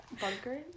Bunker